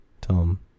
Tom